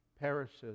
perishes